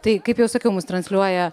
tai kaip jau sakiau mus transliuoja